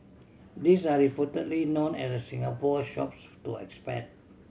these are reportedly known as the Singapore Shops to expat